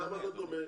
למה לא דומה?